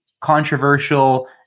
controversial